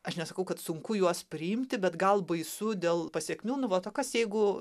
aš nesakau kad sunku juos priimti bet gal baisu dėl pasekmių nu vat o kas jeigu